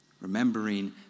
remembering